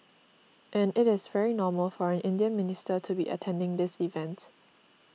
and it is very normal for an Indian minister to be attending this event